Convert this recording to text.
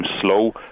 slow